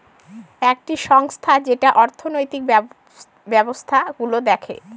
একটি সংস্থা যেটা অর্থনৈতিক ব্যবস্থা গুলো দেখে